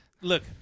look